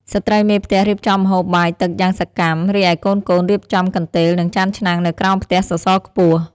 ស្ត្រីមេផ្ទះរៀបចំម្ហូបបាយទឹកយ៉ាងសកម្ម រីឯកូនៗរៀបចំកន្ទេល និងចានឆ្នាំងនៅក្រោមផ្ទះសសរខ្ពស់។